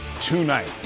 tonight